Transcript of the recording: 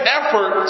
effort